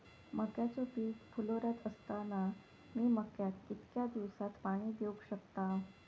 मक्याचो पीक फुलोऱ्यात असताना मी मक्याक कितक्या दिवसात पाणी देऊक शकताव?